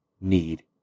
need